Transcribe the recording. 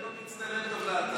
זה לא מצטלם טוב לאתר.